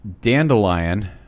Dandelion